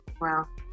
Wow